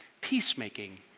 Peacemaking